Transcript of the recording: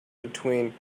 between